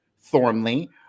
Thornley